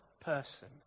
person